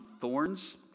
thorns